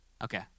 Okay